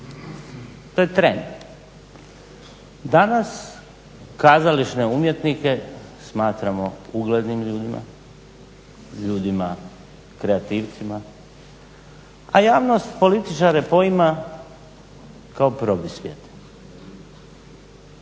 to je tren. Danas kazališne umjetnike smatramo uglednim ljudima, ljudima kreativcima, a javnost političare poima kao probisvijete.